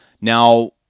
Now